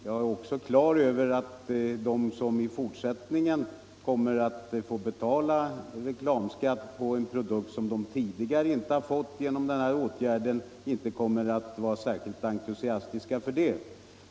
Jag är också klar över att de som i fortsättningen genom denna åtgärd kommer att få betala reklamskatt på en produkt som de tidigare inte behövt betala sådan skatt på inte kommer att vara särskilt entusiastiska för det.